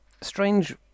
strange